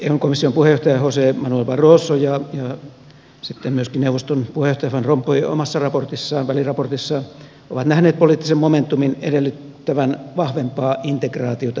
eun komission puheenjohtaja jose manuel barroso ja sitten myöskin neuvoston puheenjohtaja van rompuy omassa väliraportissaan ovat nähneet poliittisen momentumin edellyttävän vahvempaa integraatiota euroalueella